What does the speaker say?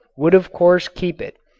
would of course keep it,